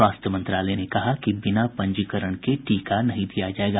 स्वास्थ्य मंत्रालय ने कहा है कि बिना पंजीकरण के टीका नहीं दिया जायेगा